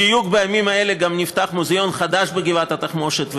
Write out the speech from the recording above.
בדיוק בימים האלה גם נפתח מוזאון חדש בגבעת התחמושת,